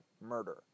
murder